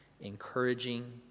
encouraging